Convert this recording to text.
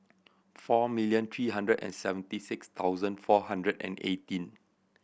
four million three hundred and seventy six thousand four hundred and eighteen